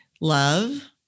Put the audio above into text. love